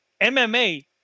MMA